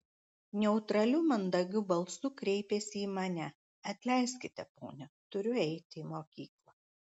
neutraliu mandagiu balsu kreipėsi į mane atleiskite ponia turiu eiti į mokyklą